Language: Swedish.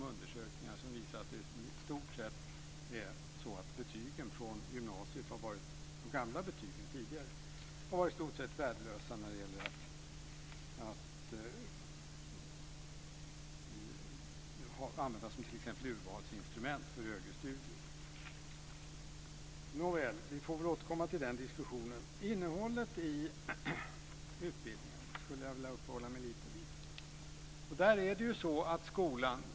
Det finns mängder av undersökningar som visar att de gamla betygen från gymnasiet i stort sett har varit värdelösa att använda som t.ex. urvalsinstrument för högre studier. Nåväl, vi får väl återkomma till den diskussionen. Jag skulle vilja uppehålla mig lite grann vid innehållet i utbildningen.